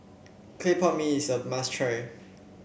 Clay Pot Mee is a must try